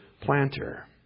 planter